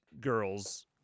girls